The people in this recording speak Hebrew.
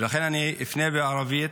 ולכן אני אפנה בערבית.